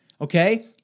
okay